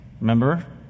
Remember